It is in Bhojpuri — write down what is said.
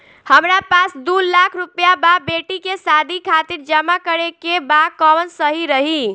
हमरा पास दू लाख रुपया बा बेटी के शादी खातिर जमा करे के बा कवन सही रही?